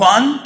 One